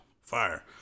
Fire